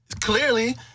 Clearly